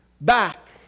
back